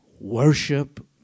worship